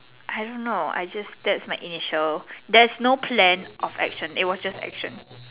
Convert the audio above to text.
I don't know I just that's my initial there is no plan of action it was just action